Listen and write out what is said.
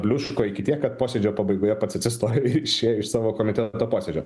pliuško iki tiek kad posėdžio pabaigoje pats atsistojo ir išėjo iš savo komiteto posėdžio